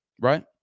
right